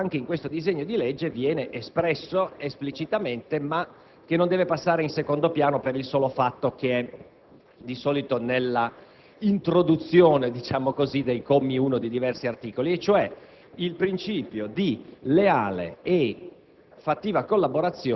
di ciò che anche in questo disegno di legge viene espresso esplicitamente ma che non deve passare in secondo piano per il solo fatto che è, di solito, contenuto nell'introduzione dei commi uno dei diversi articoli, e cioè il principio di leale e